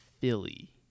Philly